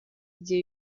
igihe